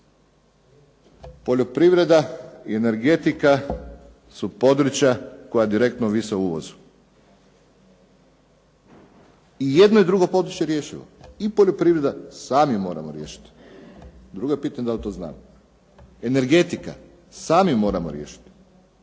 Poljoprivreda i energetika su područja koja direktno ovise o uvozu i jedno i drugo područje je rješivo, i poljoprivreda, sami moramo riješiti. Drugo je pitanje da li to znamo. Energetika, sami moramo riješiti.